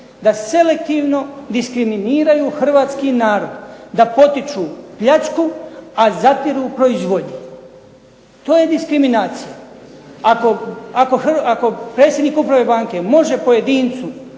da selektivno diskriminiraju hrvatski narod, da potiču pljačku a zatiru proizvodnju. To je diskriminacija. Ako predsjednik uprave banke može pojedincu